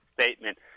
statement